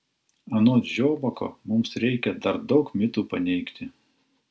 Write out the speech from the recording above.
anot žiobako mums reikia dar daug mitų paneigti